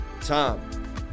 time